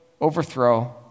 overthrow